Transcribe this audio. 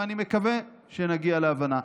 ואני מקווה שנגיע להבנה.